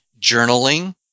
journaling